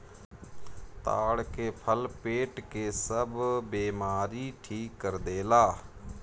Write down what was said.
ताड़ के फल पेट के सब बेमारी ठीक कर देला